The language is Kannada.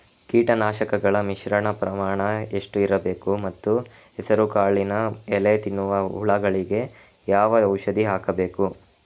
ಕೀಟನಾಶಕಗಳ ಮಿಶ್ರಣ ಪ್ರಮಾಣ ಎಷ್ಟು ಇರಬೇಕು ಮತ್ತು ಹೆಸರುಕಾಳಿನ ಎಲೆ ತಿನ್ನುವ ಹುಳಗಳಿಗೆ ಯಾವ ಔಷಧಿ ಹಾಕಬೇಕು?